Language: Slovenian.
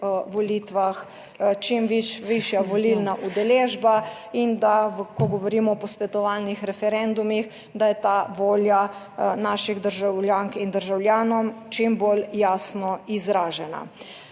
volitvah čim višja volilna udeležba, in da ko govorimo o posvetovalnih referendumih, da je ta volja naših državljank in državljanov čim bolj jasno izražena.